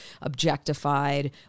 objectified